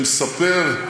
שמספר,